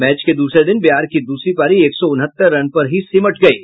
match के दूसरे दिन बिहार की दूसरी पारी एक सौ उनहत्तर रन पर ही सिमट गयी